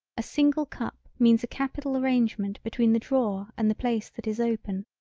a single cup means a capital arrangement between the drawer and the place that is open.